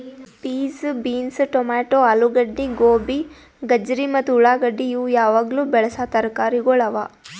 piece, beans, tomato, ಆಲೂಗಡ್ಡಿ, ಗೋಬಿ, ಗಜರಿ ಮತ್ತ ಉಳಾಗಡ್ಡಿ ಇವು ಯಾವಾಗ್ಲೂ ಬೆಳಸಾ ತರಕಾರಿಗೊಳ್ ಅವಾ